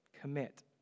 commit